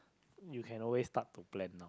you can always start to plan